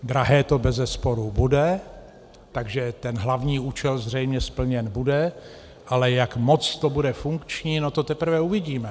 Drahé to bezesporu bude, takže ten hlavní účel zřejmě splněn bude, ale jak moc to bude funkční, to teprve uvidíme.